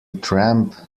tramp